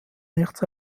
nichts